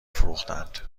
فروختند